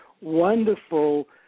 wonderful